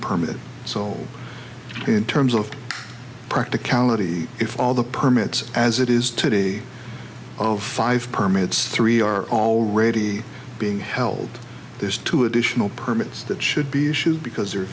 permit so in terms of practicality if all the permits as it is today of five permits three are already being held there's two additional permits that should be issued because they